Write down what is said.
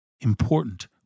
important